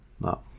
No